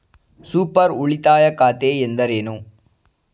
Super ಉಳಿತಾಯ ಖಾತೆ ಎಂದರೇನು?